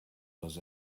was